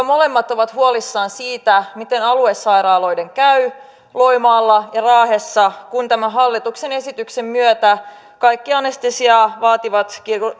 molemmat ovat huolissaan siitä miten aluesairaaloiden käy loimaalla ja raahessa kun tämän hallituksen esityksen myötä kaikki anestesiaa vaativat